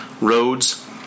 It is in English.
roads